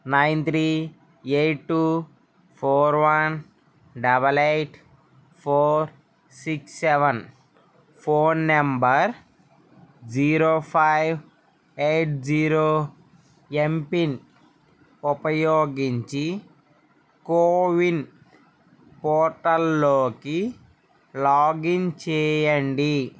nine three eight two four one double eight four six seven phone number zero five eight zero MPIN ఉపయోగించి కోవిన్ పోర్టల్లోకి login చేయండి